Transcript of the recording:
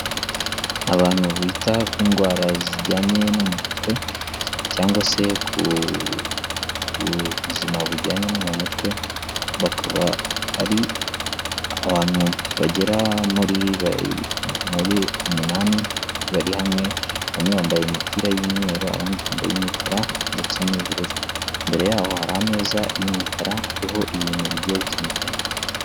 Abantu bita ku ndwara zijyanye no mu mutwe cyangwa se ku buzima bujyanye no mu mutwe, bakaba ari abantu bagera mu munani bari hamwe bamwe bambaye imipira y'imyeru abandi bambaye imikara ndetse n'ubururu. Imbere y'aho hari ameza y'imikara ari ibintu bigiye bitandukanye.